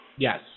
Yes